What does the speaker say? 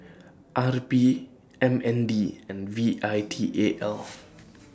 R P M N D and V I T A L